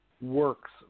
works